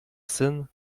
syn